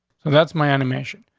so that's my animation.